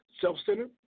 self-centered